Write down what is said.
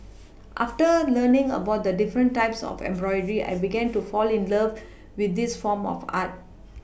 after learning about the different types of embroidery I began to fall in love with this form of art